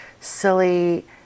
silly